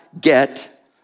get